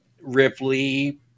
Ripley